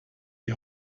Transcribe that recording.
die